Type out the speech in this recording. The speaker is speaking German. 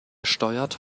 steuert